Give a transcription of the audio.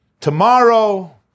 Tomorrow